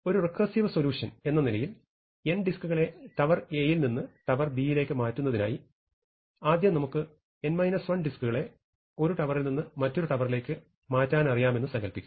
ഒരു recursive solution എന്നനിലയിൽ n ഡിസ്കുകളെ ടവർ A യിൽ നിന്ന് ടവർ B യിലേക്ക് മാറ്റുന്നതിനായി ആദ്യം നമുക്ക് ഡിസ്കുകളെ ഒരു ടവറിൽ നിന്ന് മറ്റൊരു ടവറിലേക്ക് മാറ്റാൻ അറിയാമെന്ന് സങ്കൽപ്പിക്കുക